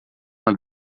uma